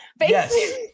Yes